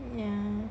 yeah